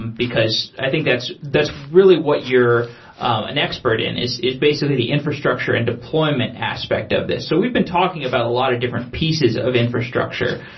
um because i think that's that's really what you're an expert in, is is basically the infrastructure and deployment aspect of this. so we've been talking about a lot of different pieces of infrastructure,